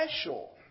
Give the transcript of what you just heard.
special